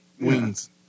wings